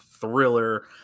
thriller